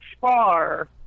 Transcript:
far